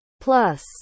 Plus